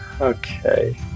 okay